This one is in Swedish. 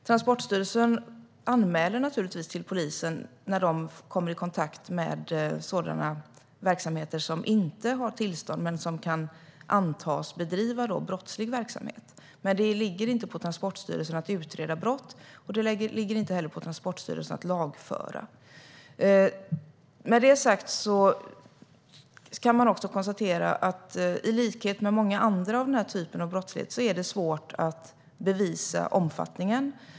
Transportstyrelsen anmäler naturligtvis till polisen när man kommer i kontakt med verksamheter som inte har tillstånd och som kan antas bedriva brottslig verksamhet. Det ligger dock inte på Transportstyrelsen att utreda brott, och det ligger inte heller på Transportstyrelsen att lagföra. Med det sagt kan man också konstatera att det, i likhet med mycket annan brottslighet av denna typ, är svårt att bevisa omfattningen.